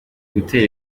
gutera